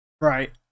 right